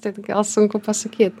tik gal sunku pasakyti